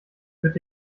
führt